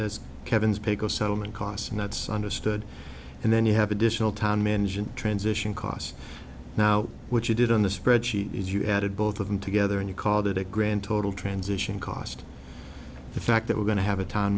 as kevin's pay go settlement costs and that's understood and then you have additional time engine transition costs now which you did on the spreadsheet if you added both of them together and you called it a grand total transition cost the fact that we're going to have a time